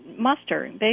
muster